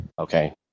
Okay